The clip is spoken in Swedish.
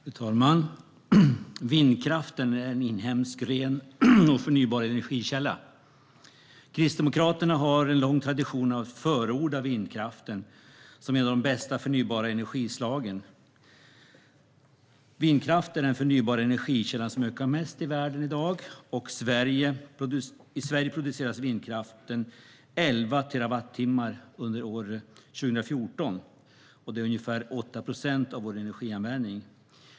Fru talman! Vindkraften är en inhemsk, ren och förnybar energikälla. Kristdemokraterna har en lång tradition av att förorda vindkraften som ett av de bästa förnybara energislagen. Vindkraften är den förnybara energikälla som ökar mest i världen i dag. I Sverige producerade vindkraften 11 terawattimmar under 2014. Det är ungefär 8 procent av vår energianvändning.